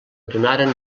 donaren